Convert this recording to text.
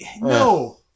no